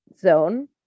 zone